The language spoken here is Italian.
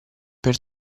per